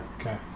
Okay